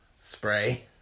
spray